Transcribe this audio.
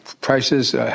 prices